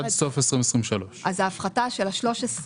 עד סוף 2023. אז ההפחתה של ה-13,